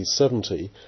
70